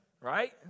right